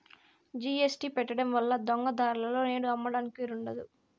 GST పెట్టడం వల్ల దొంగ దారులలో నేడు అమ్మడానికి వీలు ఉండదు